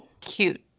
cute